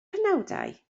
penawdau